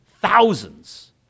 thousands